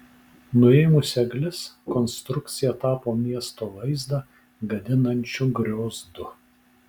nuėmus egles konstrukcija tapo miesto vaizdą gadinančiu griozdu